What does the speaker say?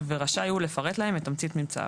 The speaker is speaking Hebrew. ורשאי הוא לפרט להם את תמצית ממצאיו.